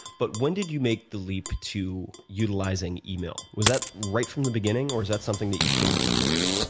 but when did you make the leap to utilizing email? was that right from the beginning or is that something that you came to later?